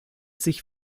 sich